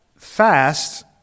Fast